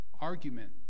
argument